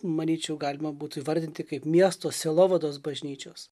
manyčiau galima būtų įvardinti kaip miesto sielovados bažnyčios